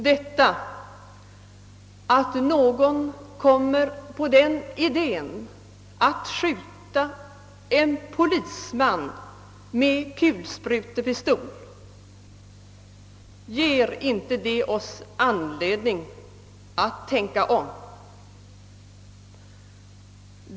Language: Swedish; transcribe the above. Detta att någon kommer på idén att skjuta en polisman med kulsprutepistol -— ger det oss inte anledning att tänka om?